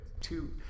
two